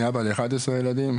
אני אבא ל-11 ילדים,